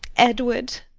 edward,